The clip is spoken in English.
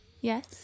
Yes